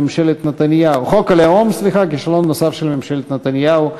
חוק הלאום, כישלון נוסף של ממשלת נתניהו.